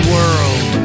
World